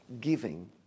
giving